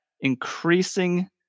increasing